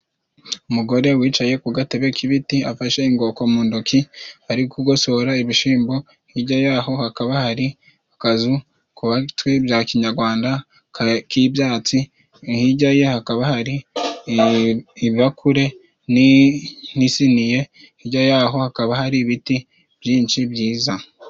Umugore wicaye ku gatebe k'ibiti afashe ingoko mu ntoki ari kugosora ibishimbo, hijya y'aho hakaba hari akazu kubatswe bya kinyagwanda k'ibyatsi, hijya yaho hakaba hari ibakure n'isiniye hijya yaho hakaba hari ibiti byinshi byiza.